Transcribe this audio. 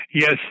Yes